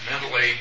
mentally